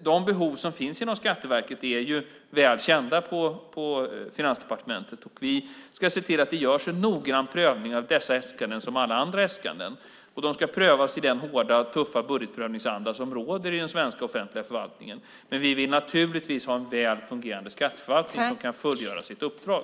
de behov som finns inom Skatteverket är väl kända på Finansdepartementet. Vi ska se till att det görs en noggrann prövning av dessa äskanden liksom av alla andra äskanden. De ska prövas i den hårda, tuffa budgetprövningsanda som råder i den svenska offentliga förvaltningen. Vi vill naturligtvis ha en väl fungerande skatteförvaltning som kan fullgöra sitt uppdrag.